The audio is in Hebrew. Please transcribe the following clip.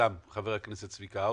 שיזם חבר הכנסת צביקה האוזר.